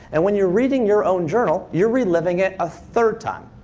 and when you're reading your own journal, you're re-living it a third time.